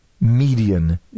median